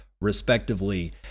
respectively